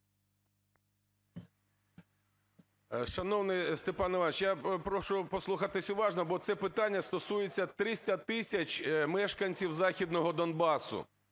Шановний Степан Іванович, я прошу послухати уважно, бо це питання стосується 300 тисяч мешканців Західного Донбасу.